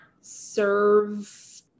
serve